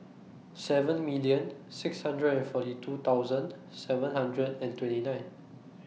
seven million six hundred and forty two thousand seven hundred and twenty nine